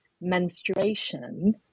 menstruation